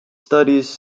studies